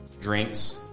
drinks